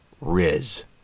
Riz